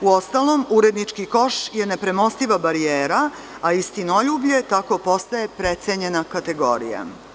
Uostalom, urednički koš je nepremostiva barijera a istinoljublje tako postaje precenjena kategorija.